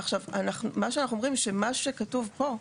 אנחנו אומרים שמה שכתוב פה,